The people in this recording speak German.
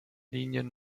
linien